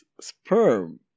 sperm